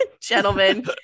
gentlemen